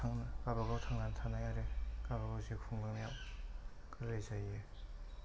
थांनो गावबा गाव थांनानै थानाय आरो गावबा गाव जिउ खुंलांनायाव गोरलै जायो